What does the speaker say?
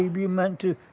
believe you're meant to